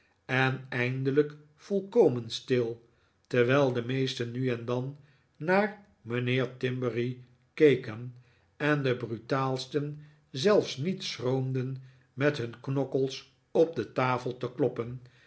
en eindelijk volkomen stil terwijl de meesten nu en dan naar mijnheer timberry keken en de brutaalsten zelfs niet schroomden met hun knokkels op de tafel te kloppen